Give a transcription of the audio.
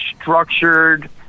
structured